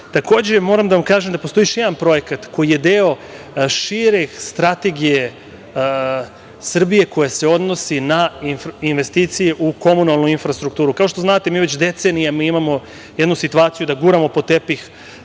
moram da vam kažem da postoji još jedan projekat koji je deo šire strategije Srbija koja se odnosi na investicije u komunalnu infrastrukturu. Kao što znate, mi već decenijama imamo jednu situaciju da guramo pod tepih,